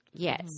Yes